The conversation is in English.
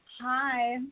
Hi